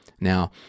Now